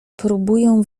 próbują